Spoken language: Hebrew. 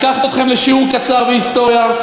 לקחת אתכם לשיעור קצר בהיסטוריה,